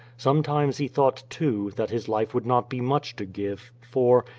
sometimes he thought, too, that his life would not be much to give, for,